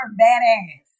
badass